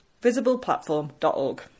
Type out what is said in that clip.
Visibleplatform.org